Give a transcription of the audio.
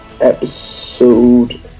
episode